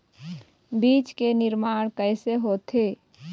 बीज के निर्माण कैसे होथे?